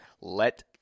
let